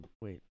wait